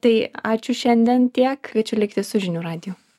tai ačiū šiandien tiek kviečiu likti su žinių radiju